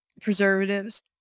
preservatives